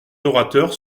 orateurs